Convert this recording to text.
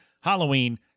Halloween